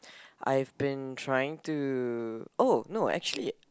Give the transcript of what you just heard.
I've been trying to oh no actually